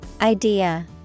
Idea